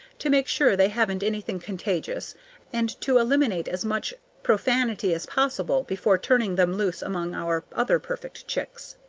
to make sure they haven't anything contagious and to eliminate as much profanity as possible before turning them loose among our other perfect chicks.